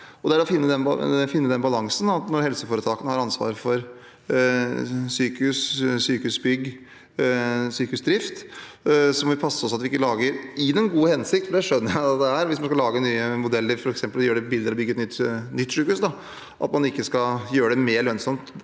gjelder å finne den balansen. Når helseforetakene har ansvar for sykehus, sykehusbygg og sykehusdrift, må vi passe oss slik at vi ikke – i den gode hensikt, det skjønner jeg at det er hvis man skal lage nye modeller, f.eks. – gjør det billigere å bygge et nytt sykehus og gjør det mer lønnsomt